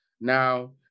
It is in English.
Now